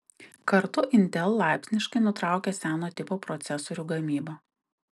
kartu intel laipsniškai nutraukia seno tipo procesorių gamybą